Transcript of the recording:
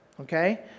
Okay